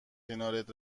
کنارت